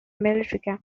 military